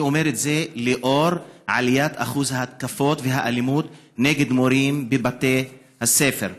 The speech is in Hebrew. אני אומר את זה לנוכח עליית אחוז ההתקפות והאלימות נגד מורים בבתי הספר.